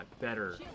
better